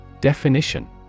Definition